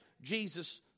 Jesus